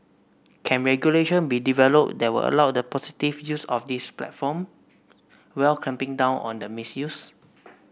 can regulation be developed that will allow the positive use of these platform while clamping down on the misuse